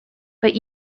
but